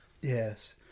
Yes